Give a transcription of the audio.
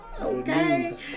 Okay